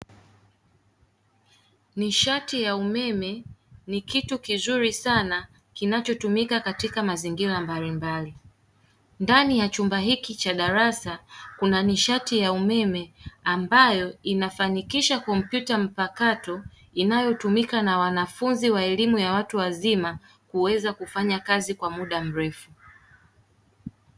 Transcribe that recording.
Nishati ya umeme ni kitu kizuri sana kinachotumika katika mazingira mbalimbali; ndani ya chumba hiki cha darasa kuna nishati ya umeme ambayo inafanikisha kompyuta mpakato inayotumiwa na wanafunzi wa elimu ya watu wazima kuweza kufanya kazi kwa muda mrefu.